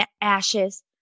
ashes